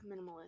minimalist